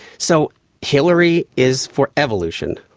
so hillary is for evolution,